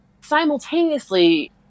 simultaneously